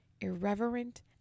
irreverent